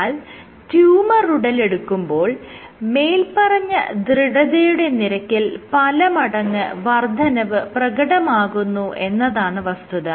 എന്നാൽ ട്യൂമർ ഉടലെടുക്കുമ്പോൾ മേല്പറഞ്ഞ ദൃഢതയുടെ നിരക്കിൽ പലമടങ്ങ് വർദ്ധനവ് പ്രകടമാകുന്നു എന്നതാണ് വസ്തുത